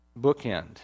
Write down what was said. bookend